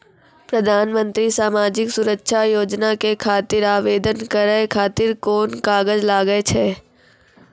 प्रधानमंत्री समाजिक सुरक्षा योजना के आवेदन करै खातिर कोन कागज लागै छै?